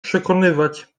przekonywać